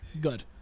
Good